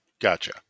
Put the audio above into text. Gotcha